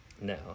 No